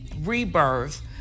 rebirth